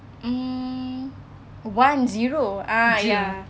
mm one zero ah ya